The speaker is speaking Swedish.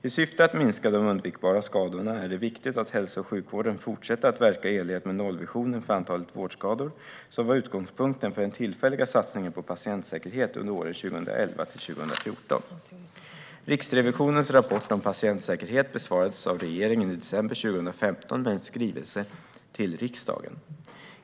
I syfte att minska de undvikbara skadorna är det viktigt att hälso och sjukvården fortsätter att verka i enlighet med nollvisionen för antalet vårdskador, som var utgångspunkten för den tillfälliga satsningen på patientsäkerhet under åren 2011-2014. Riksrevisionens rapport om patientsäkerhet besvarades av regeringen i december 2015 med en skrivelse till riksdagen.